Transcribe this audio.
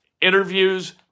interviews